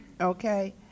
Okay